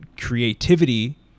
creativity